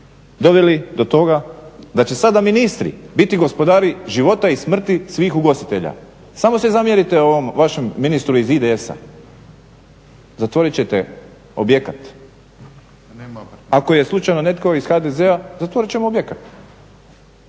doveli do toga da će sada ministri gospodari života i smrti svih ugostitelja. Samo se zamjerite ovom vašem ministru iz IDS-a, zatvorit ćete objekat. Ako je slučajno netko iz HDZ-a, zatvorit će mu objekat.